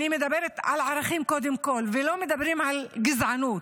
אני מדברת על ערכים קודם כול ולא מדברים על גזענות.